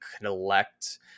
collect